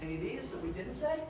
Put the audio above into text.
he is that we didn't say